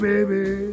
Baby